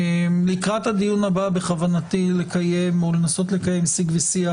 לקראת הדיון הבא בכוונתי לקיים או לנסות ולקיים שיג ושיח